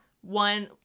One